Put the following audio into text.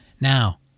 Now